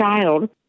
child